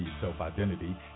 self-identity